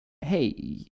Hey